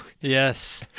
Yes